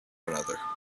another